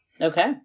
Okay